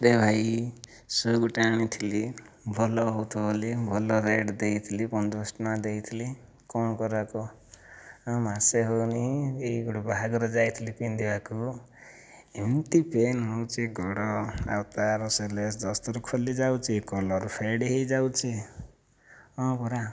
ରେ ଭାଇ ଶୁ' ଗୋଟିଏ ଆଣିଥିଲି ଭଲ ହେଉଥିବ ବୋଲି ଭଲ ରେଟ ଦେଇଥିଲି ପନ୍ଦର ଶହ ଟଙ୍କା ଦେଇଥିଲି କଣ କରିବା କହ ମାସେ ହେଉନି ଏଇ ଗୋଟିଏ ବାହାଘର ଯାଇଥିଲି ପିନ୍ଧିବାକୁ ଏମିତି ପେନ୍ ହେଉଛି ଗୋଡ଼ ଆଉ ତା'ର ସେ ଲେସ୍ ଦଶଥର ଖୋଲି ଯାଉଛି କଲର ଫେଡ଼ ହୋଇଯାଉଛି ହଁ ପରା